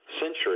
century